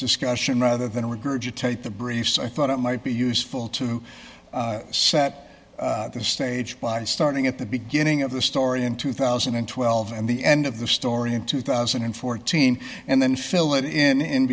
discussion rather than regurgitate the briefs i thought it might be useful to set the stage starting at the beginning of the story in two thousand and twelve and the end of the story in two thousand and fourteen and then fill it in